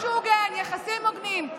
משהו הוגן, יחסים הוגנים.